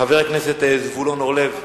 חבר הכנסת זבולון אורלב,